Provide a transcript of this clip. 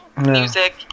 music